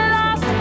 lost